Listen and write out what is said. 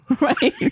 right